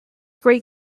great